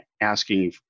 asking